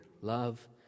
love